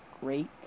great